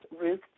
Ruth